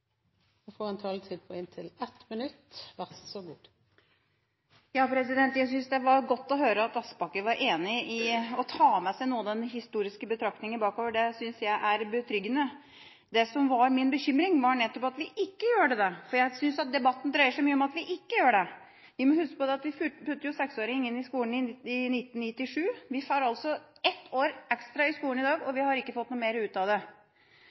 en kort merknad, begrenset til 1 minutt. Jeg syntes det var godt å høre at representanten Aspaker var enig i det å ta med seg noe av den historiske betraktningen, og det er betryggende. Det som var min bekymring, var nettopp at vi ikke gjorde det. Jeg synes at debatten dreier seg mye om at vi ikke gjør det. Vi må huske på at vi puttet seksåringer inn i skolen i 1997. Vi får altså ett år ekstra i skolen i dag, og vi har ikke fått noe mer ut av det.